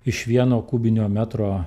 iš vieno kubinio metro